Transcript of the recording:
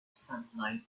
sunlight